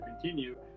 continue